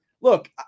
Look